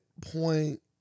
point